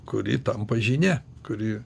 kuri tampa žyne kuri